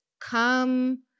come